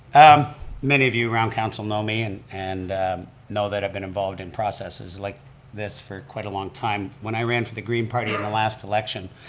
um many of you around council know me and and know that i've been involved in processes like this for quite a long time. when i ran for the green party in the last election,